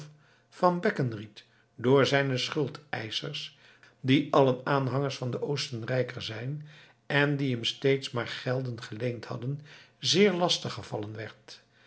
van beckenried door zijne schuldeischers die allen aanhangers van den oostenrijker zijn en die hem steeds maar gelden geleend hadden zeer lastig gevallen